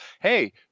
hey